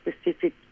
specific